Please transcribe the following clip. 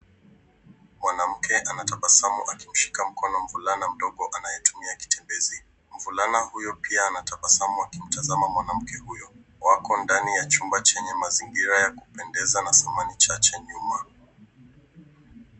Mwanamke anatabasamu akimshika mkono mvulana mdogo anayetumia kitmbezi. Mvulana huyo pia anatabasamu akimtazama mwanamke huyo. Wako ndani ya chumba chenye mazingira ya kupendeza na samani chache nyuma.